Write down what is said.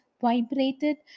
vibrated